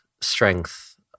strength